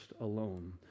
alone